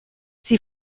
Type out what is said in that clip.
sie